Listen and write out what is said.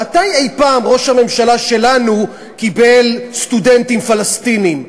מתי אי-פעם ראש הממשלה שלנו קיבל סטודנטים פלסטינים?